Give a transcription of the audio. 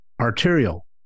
arterial